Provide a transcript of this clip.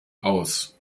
aus